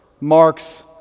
marks